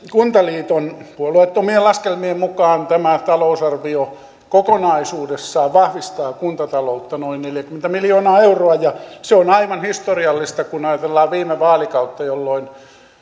kuntaliiton puolueettomien laskelmien mukaan tämä talousarvio kokonaisuudessaan vahvistaa kuntataloutta noin neljäkymmentä miljoonaa euroa se on aivan historiallista kun ajatellaan viime vaalikautta jolloin